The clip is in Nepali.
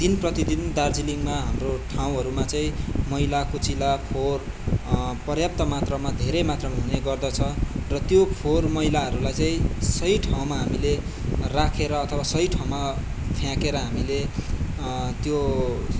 दिनप्रति दिन दार्जिलिङमा हाम्रो ठाउँहरूमा चाहिँ मैला कुचैला फोहोर पर्याप्त मात्रामा धेरै मात्रामा हुने गर्दछ र त्यो फोहोर मैलाहरूलाई चाहिँ सही ठाउँमा हामीले राखेर अथवा सही ठाउँमा फ्याँकेर हामीले त्यो